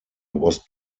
was